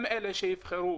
הם אלו שיבחרו,